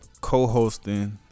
co-hosting